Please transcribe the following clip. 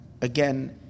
again